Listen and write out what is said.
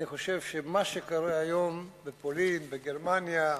אני חושב שמה שקורה היום בפולין, בגרמניה,